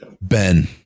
Ben